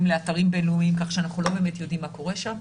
לאתרים בינלאומיים כך שאנחנו לא באמת יודעים מה קורה שם.